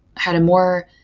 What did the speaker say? had a more,